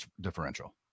differential